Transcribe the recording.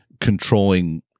controlling